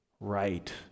right